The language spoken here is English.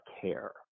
care